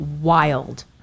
wild